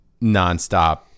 nonstop